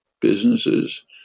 businesses